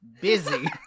Busy